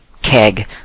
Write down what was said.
keg